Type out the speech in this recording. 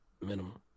minimum